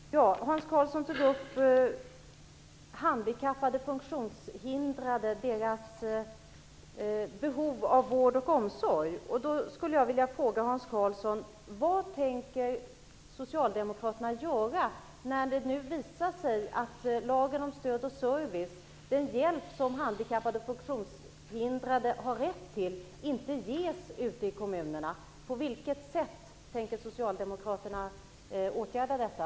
Herr talman! Hans Karlsson tog upp handikappades och funktionshindrades behov av vård och omsorg. Då skulle jag vilja fråga Hans Karlsson vad socialdemokraterna tänker göra när det nu visar sig att lagen om stöd och service inte fungerar. Den hjälp som handikappade och funktionshindrade har rätt till ges inte ute i kommunerna. På vilket sätt tänker socialdemokraterna åtgärda detta?